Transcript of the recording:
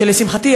ולשמחתי,